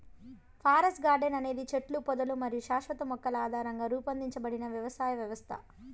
forest garden అనేది చెట్లు, పొదలు మరియు శాశ్వత మొక్కల ఆధారంగా రూపొందించబడిన వ్యవసాయ వ్యవస్థ